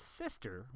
sister